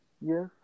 yes